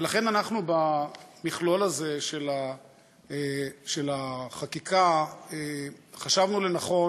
ולכן, אנחנו במכלול הזה של החקיקה, חשבנו לנכון